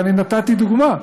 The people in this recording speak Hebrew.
ואני נתתי דוגמה,